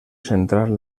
central